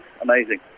amazing